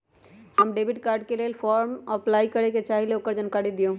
हम debit card के लेल फॉर्म अपलाई करे के चाहीं ल ओकर जानकारी दीउ?